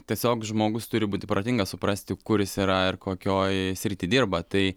tiesiog žmogus turi būti protingas suprasti kur jis yra ir kokioj srity dirba tai